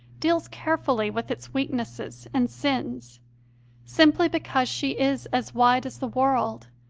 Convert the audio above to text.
deals carefully with its weaknesses and sins simply because she is as wide as the world,